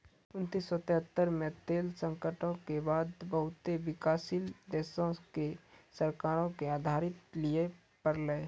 उन्नीस सौ तेहत्तर मे तेल संकटो के बाद बहुते विकासशील देशो के सरकारो के उधारी लिये पड़लै